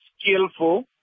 skillful